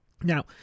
Now